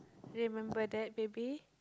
remember that baby